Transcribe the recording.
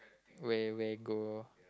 where where go